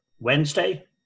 Wednesday